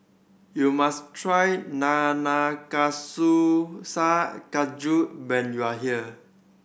you must try Nanakusa Gayu when you are here